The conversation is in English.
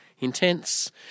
intense